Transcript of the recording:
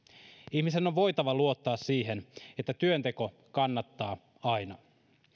ihmisen on voitava luottaa siihen että työnteko kannattaa aina